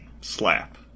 slap